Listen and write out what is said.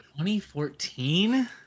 2014